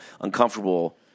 uncomfortable